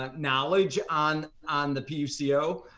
like knowledge on on the puco,